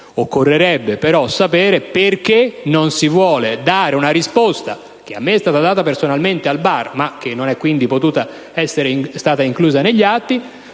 Occorrerebbe però sapere perché non si vuole dare una risposta - che a me è stata data personalmente al bar, e quindi non ha potuto essere inclusa negli atti